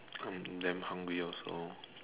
I'm damn hungry also